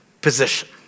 position